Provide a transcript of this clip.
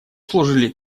служили